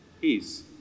peace